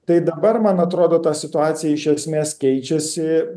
tai dabar man atrodo ta situacija iš esmės keičiasi